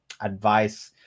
advice